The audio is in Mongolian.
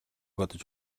бодож